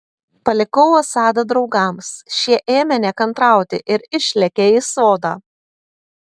palikau asadą draugams šie ėmė nekantrauti ir išlėkė į sodą